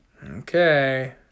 Okay